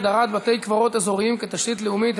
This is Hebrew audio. הגדרת בתי-קברות אזוריים כתשתית לאומית),